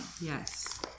Yes